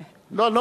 זה נשמע תמיד,